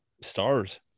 stars